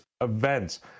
events